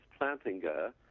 Plantinga